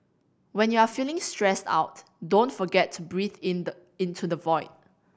when you are feeling stressed out don't forget to breathe in the into the void